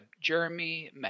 Jeremy